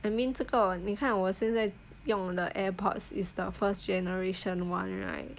I mean 这个你看我现在用 the AirPods is the first generation [one] right